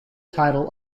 title